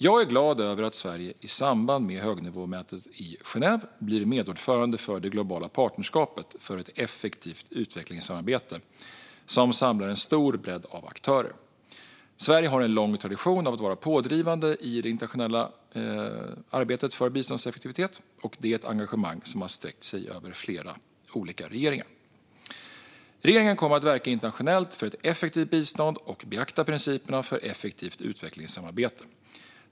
Jag är glad att Sverige i samband med högnivåmötet i Genève blir medordförande för det globala partnerskapet för effektivt utvecklingssamarbete, som samlar en stor bredd av aktörer. Sverige har en lång tradition av att vara pådrivande i det internationella arbetet för biståndseffektivitet. Det är ett engagemang som har sträckt sig över flera olika regeringar. Regeringen kommer att verka internationellt för ett effektivt bistånd och beakta principerna för effektivt utvecklingssamarbete.